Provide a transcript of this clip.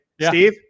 Steve